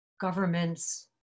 governments